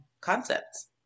concepts